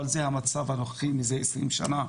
אבל זה המצב הנוכחי, מזה עשרים שנה.